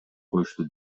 коюшту